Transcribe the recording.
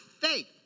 faith